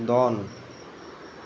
ᱫᱚᱱ